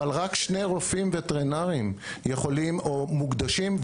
אבל רק שני רופאים וטרינרים מוקדשים לכך,